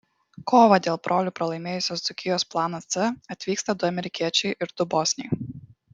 kovą dėl brolių pralaimėjusios dzūkijos planas c atvyksta du amerikiečiai ir du bosniai